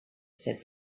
said